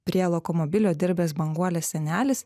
prie lokomobilio dirbęs banguolės senelis